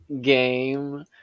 game